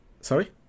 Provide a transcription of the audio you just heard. Sorry